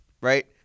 right